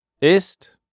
ist